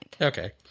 Okay